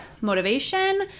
motivation